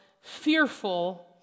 fearful